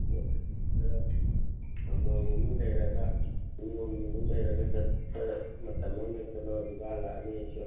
ꯈꯔ ꯅꯣꯡ ꯅꯤꯅꯤ ꯂꯩꯔꯒ ꯅꯤꯅꯤ ꯍꯨꯝꯅꯤꯃꯨꯛ ꯂꯩꯔꯒ ꯆꯠꯄ ꯃꯇꯝ ꯑꯃꯗ ꯆꯠꯂꯒ ꯗꯨꯗ ꯍꯜꯂꯛꯑꯅꯤ ꯑꯩꯁꯨ